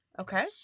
okay